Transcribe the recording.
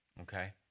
okay